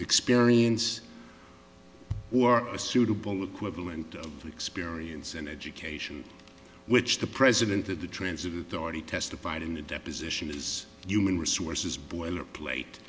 experience or a suitable equivalent of experience and education which the president of the transit authority testified in a deposition is human resources boilerplate